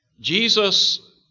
Jesus